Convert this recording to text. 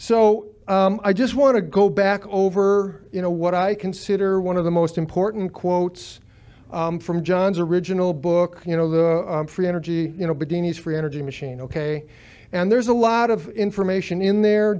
so i just want to go back over you know what i consider one of the most important quotes from john's original book you know that free energy you know bikini's free energy machine ok and there's a lot of information in there